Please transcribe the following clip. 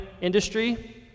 industry